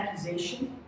accusation